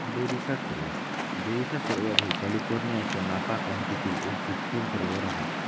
बेरिसा सरोवर बेरिसा सरोवर हे कॅलिफोर्नियाच्या नापा काउंटीतील एक कृत्रिम सरोवर आहे